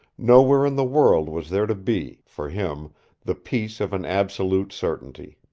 nowhere in the world was there to be for him the peace of an absolute certainty.